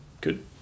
good